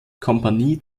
kompanie